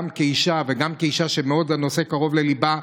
גם כאישה וגם כאישה שהנושא מאוד קרוב לליבה,